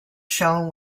shown